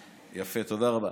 יפה, תודה רבה.